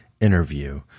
interview